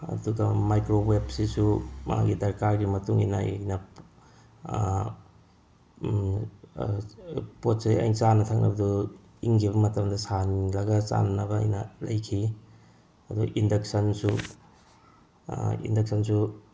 ꯑꯗꯨꯒ ꯃꯥꯏꯀ꯭ꯔꯣꯋꯦꯞꯁꯤꯁꯨ ꯃꯥꯒꯤ ꯗꯔꯀꯥꯔꯒꯤ ꯃꯇꯨꯡ ꯏꯟꯅ ꯑꯩꯅ ꯄꯣꯠ ꯆꯩ ꯑꯩꯅ ꯆꯥꯅ ꯊꯛꯅꯕꯗꯣ ꯏꯪꯈꯤꯕ ꯃꯇꯝꯗ ꯁꯥꯍꯟꯂꯒ ꯆꯥꯅꯅꯕ ꯑꯩꯅ ꯂꯩꯈꯤ ꯑꯗꯣ ꯏꯟꯗꯛꯁꯟꯁꯨ ꯏꯟꯗꯛꯁꯟꯁꯨ